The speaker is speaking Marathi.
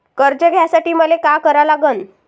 कर्ज घ्यासाठी मले का करा लागन?